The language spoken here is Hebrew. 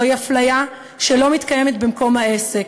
זוהי אפליה שלא מתקיימת במקום העסק,